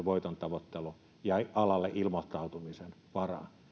voitontavoittelun ja alalle ilmoittautumisen varaan